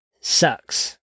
sucks